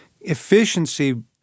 efficiency